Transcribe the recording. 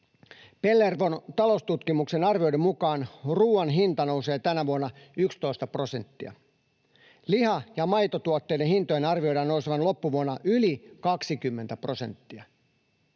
Pellervon taloustutkimuksen arvioiden mukaan ruuan hinta nousee tänä vuonna 11 prosenttia. Liha- ja maitotuotteiden hintojen arvioidaan nousevan loppuvuonna yli 20 prosenttia.